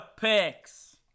picks